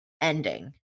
ending